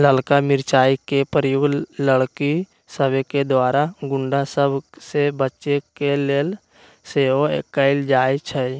ललका मिरचाइ के प्रयोग लड़कि सभके द्वारा गुण्डा सभ से बचे के लेल सेहो कएल जाइ छइ